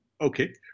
Okay